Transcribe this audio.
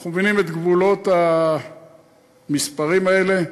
אנחנו מבינים את גבולות המספרים האלה.